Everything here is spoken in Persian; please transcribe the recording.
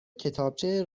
کتابچه